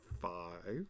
five